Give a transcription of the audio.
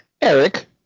Eric